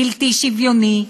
בלתי שוויוני,